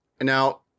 now